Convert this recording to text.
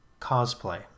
cosplay